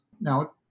Now